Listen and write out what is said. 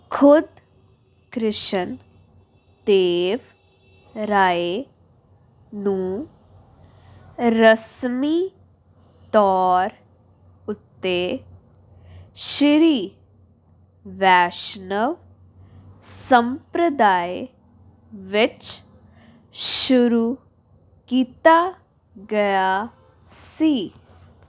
ਖੁਦ ਕ੍ਰਿਸ਼ਨ ਦੇਵ ਰਾਏ ਨੂੰ ਰਸਮੀ ਤੌਰ ਉੱਤੇ ਸ੍ਰੀ ਵੈਸ਼ਨਵ ਸੰਪ੍ਰਦਾਏ ਵਿੱਚ ਸ਼ੁਰੂ ਕੀਤਾ ਗਿਆ ਸੀ